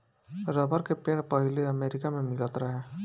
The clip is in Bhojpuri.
रबर के पेड़ पहिले अमेरिका मे मिलत रहे